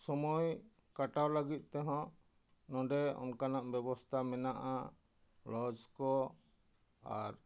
ᱥᱳᱢᱳᱭ ᱠᱟᱴᱟᱣ ᱞᱟᱹᱜᱤᱫ ᱛᱮᱦᱚᱸ ᱱᱚᱸᱰᱮ ᱚᱱᱠᱟᱱᱟᱜ ᱵᱮᱵᱚᱥᱛᱷᱟ ᱢᱮᱱᱟᱜᱼᱟ ᱞᱚᱡᱽ ᱠᱚ ᱟᱨ